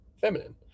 feminine